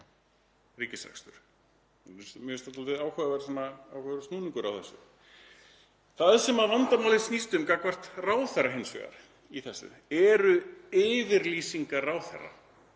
ríkisrekstur? Mér finnst það áhugaverður snúningur á þessu. Það sem vandamálið snýst um gagnvart ráðherra hins vegar í þessu eru yfirlýsingar ráðherra